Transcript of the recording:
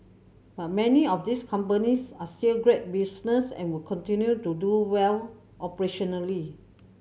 but many of these companies are still great business and will continue to do well operationally